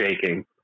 shaking